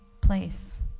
place